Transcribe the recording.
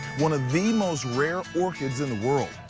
one of the most rare or kids in the world.